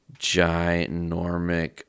ginormic